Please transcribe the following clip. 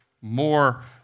more